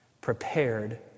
prepared